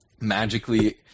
magically